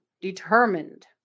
Determined